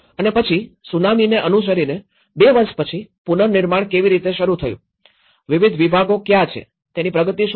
અને પછી સુનામીને અનુસરીને ૨ વર્ષ પછી પુનર્નિર્માણ કેવી રીતે શરૂ થયું વિવિધ વિભાગો કયા છે તેની પ્રગતિ શું છે